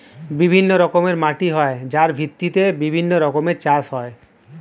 বিভিন্ন রকমের মাটি হয় যার ভিত্তিতে বিভিন্ন রকমের চাষ হয়